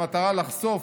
במטרה לחשוף